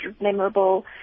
Memorable